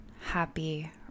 happy